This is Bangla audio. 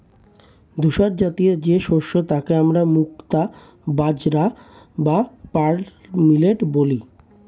ধূসরজাতীয় যে শস্য তাকে আমরা মুক্তা বাজরা বা পার্ল মিলেট বলি